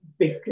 Big